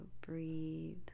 breathe